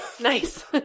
Nice